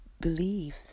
Believe